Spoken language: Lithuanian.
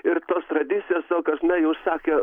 ir tos tradicijos tokios na jau sakė